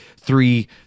three